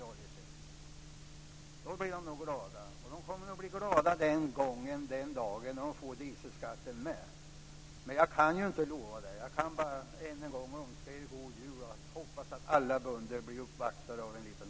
Då blir de nog glada, och de kommer att bli glada den dagen då de får dieselskatten med, men jag kan ju inte lova när! Jag kan bara än en gång önska alla god jul och hoppas att alla bönder blir uppvaktade av en liten tomte!